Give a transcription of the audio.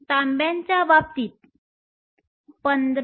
तांब्याच्या बाबतीत 15